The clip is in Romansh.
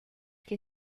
che